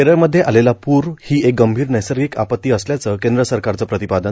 केरळमध्ये आलेला पूर ही एक गंभीर नैसर्गिक आपत्ती असल्याचं केंद्र सरकारचं प्रतिपादन